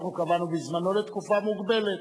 אנחנו קבענו בזמנו לתקופה מוגבלת.